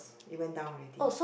it went down already